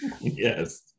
Yes